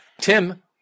Tim